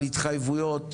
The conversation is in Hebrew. התחייבויות,